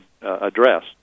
address